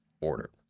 order